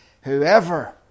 Whoever